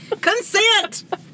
Consent